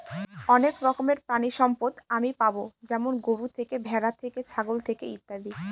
অনেক রকমের প্রানীসম্পদ আমি পাবো যেমন গরু থেকে, ভ্যাড়া থেকে, ছাগল থেকে ইত্যাদি